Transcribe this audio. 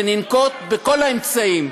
וננקוט את כל האמצעים,